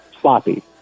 sloppy